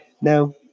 Now